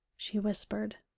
she whispered.